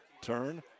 Turn